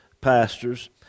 pastors